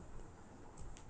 okay